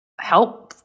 help